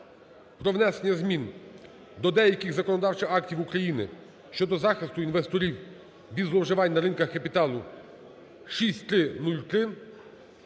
про внесення змін до деяких законодавчий актів України щодо захисту інвесторів від зловживань на ринках капіталу (6303)